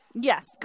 Yes